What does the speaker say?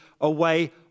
away